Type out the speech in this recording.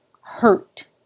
hurt